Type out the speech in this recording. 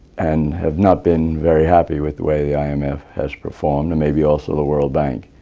and have not been very happy with the way the i m f. has performed and maybe also the world bank.